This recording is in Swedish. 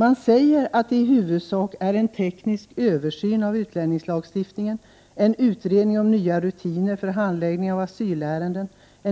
Man säger att det är fråga om — en